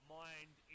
mind